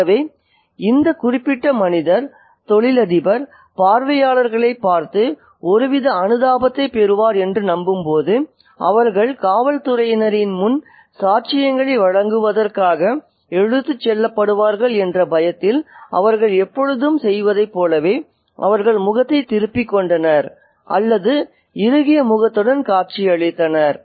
ஆகவே இந்த குறிப்பிட்ட மனிதர் தொழிலதிபர் பார்வையாளர்களைப் பார்த்து ஒருவித அனுதாபத்தைப் பெறுவார் என்று நம்பும்போது அவர்கள் காவல்துறையினரின் முன் சாட்சியங்களை வழங்குவதற்காக இழுத்துச் செல்லப்படுவார்கள் என்ற பயத்தில் அவர்கள் எப்பொழுதும் செய்வதைப் போல அவர்கள் முகத்தைத் திருப்பிக் கொண்டனர் அல்லது இறுகிய முகத்துடன் காட்சியளித்தார்கள்